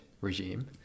regime